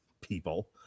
people